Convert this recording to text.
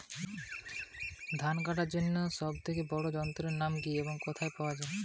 ধান কাটার জন্য সব থেকে ভালো যন্ত্রের নাম কি এবং কোথায় পাওয়া যাবে?